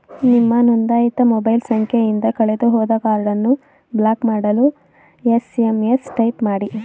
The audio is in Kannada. ನಿಮ್ಮ ನೊಂದಾಯಿತ ಮೊಬೈಲ್ ಸಂಖ್ಯೆಯಿಂದ ಕಳೆದುಹೋದ ಕಾರ್ಡನ್ನು ಬ್ಲಾಕ್ ಮಾಡಲು ಎಸ್.ಎಂ.ಎಸ್ ಟೈಪ್ ಮಾಡಿ